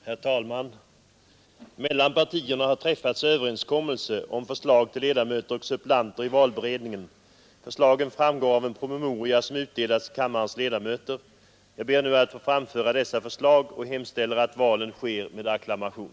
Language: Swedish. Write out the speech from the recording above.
Herr talman! Mellan partierna har träffats överenskommelse om förslag till ledamöter och suppleanter i valberedningen. Förslagen framgår av en promemoria som utdelats till kammarens ledamöter. Jag ber nu att få framföra dessa förslag och hemställer att valen sker med acklamation.